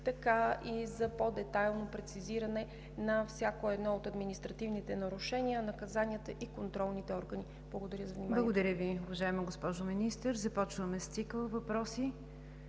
така и за по-детайлно прецизиране на всяко едно от административните нарушения, наказанията и контролните органи. Благодаря за вниманието. ПРЕДСЕДАТЕЛ НИГЯР ДЖАФЕР: Благодаря Ви, уважаема госпожо Министър. Започваме с цикъла въпроси.